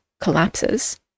collapses